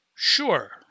Sure